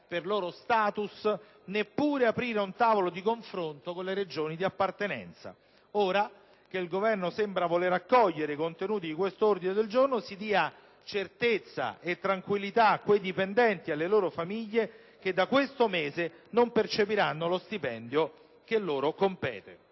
per loro *status*, neppure aprire un tavolo di confronto con le Regioni di appartenenza. Ora che il Governo sembra voler accogliere i contenuti di questo ordine del giorno, si dia certezza e tranquillità a quei dipendenti e alle loro famiglie, che da questo mese non percepiranno lo stipendio che loro compete.